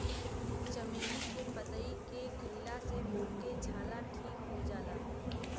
चमेली के पतइ के खईला से मुंह के छाला ठीक हो जाला